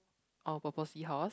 oh purple seahorse